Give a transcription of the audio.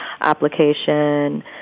application